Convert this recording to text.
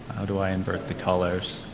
how do i invert the colors?